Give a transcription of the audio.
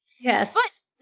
yes